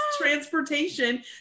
transportation